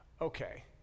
Okay